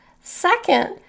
Second